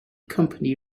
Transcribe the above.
company